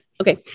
Okay